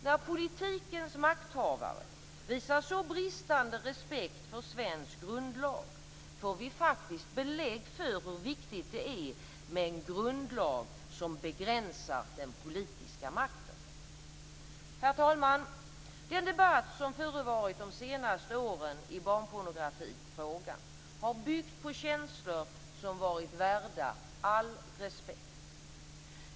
När politikens makthavare visar så bristande respekt för svensk grundlag får vi faktiskt belägg för hur viktigt det är med en grundlag som begränsar den politiska makten. Herr talman! Den debatt som förevarit de senaste åren i barnpornografifrågan har byggt på känslor som varit värda all respekt.